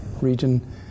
region